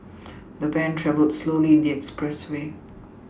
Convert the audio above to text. the van travelled slowly in the expressway